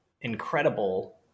incredible